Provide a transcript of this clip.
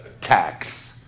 Tax